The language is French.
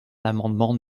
l’amendement